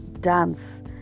dance